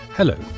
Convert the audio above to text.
Hello